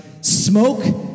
smoke